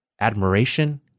Admiration